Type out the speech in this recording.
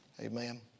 Amen